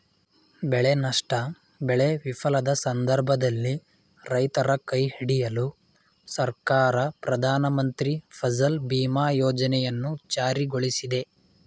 ಬೆಳೆ ನಷ್ಟ ಬೆಳೆ ವಿಫಲದ ಸಂದರ್ಭದಲ್ಲಿ ರೈತರ ಕೈಹಿಡಿಯಲು ಸರ್ಕಾರ ಪ್ರಧಾನಮಂತ್ರಿ ಫಸಲ್ ಬಿಮಾ ಯೋಜನೆಯನ್ನು ಜಾರಿಗೊಳಿಸಿದೆ